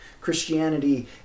Christianity